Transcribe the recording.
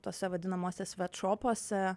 tuose vadinamuose svetšopuose